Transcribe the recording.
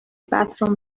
bathroom